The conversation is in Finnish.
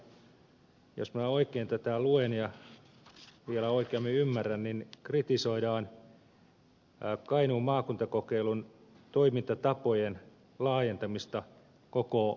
vastalauseessahan jos minä oikein tätä luen ja vielä oikeammin ymmärrän kritisoidaan kainuun maakuntakokeilun toimintatapojen laajentamista koko maahan